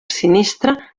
sinistre